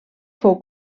fou